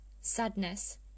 sadness